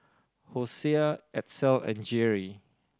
Hosea Edsel and Geary